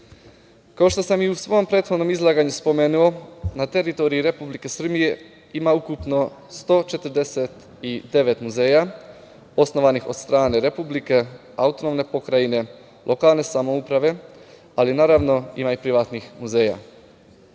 što sam i u svom prethodnom izlaganju spomenuo, na teritoriji Republike Srbije ima ukupno 149 muzeja osnovanih od strane Republike, autonomne pokrajine, lokalne samouprave, ali ima i privatnih muzeja.